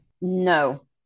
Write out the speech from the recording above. No